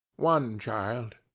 one child,